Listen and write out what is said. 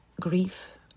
grief